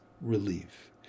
relief